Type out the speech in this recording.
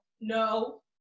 No